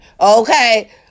okay